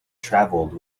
travelled